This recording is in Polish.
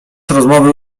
rozmowy